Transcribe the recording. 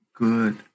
Good